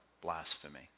Blasphemy